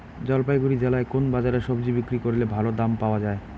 জলপাইগুড়ি জেলায় কোন বাজারে সবজি বিক্রি করলে ভালো দাম পাওয়া যায়?